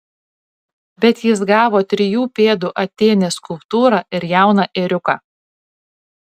bet jis gavo trijų pėdų atėnės skulptūrą ir jauną ėriuką